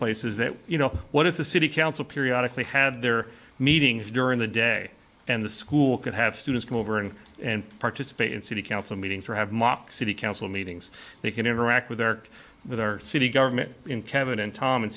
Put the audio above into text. places that you know what if the city council periodic they had their meetings during the day and the school could have students come over and and participate in city council meetings for have mock city council meetings they can interact with their with our city government kevin and tom and